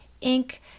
ink